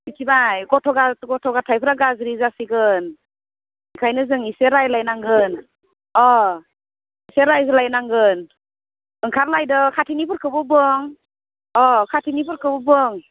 मिथिबाय गथ' गथायफोरा गाज्रि जासिगोन बेखायनो जों इसे रायज्लायनांगोन अ एसे रायज्लायनांगोन ओंखारलायदो खाथिनिफोरखौबो बुं अ खाथिनिफोरखौबो बुं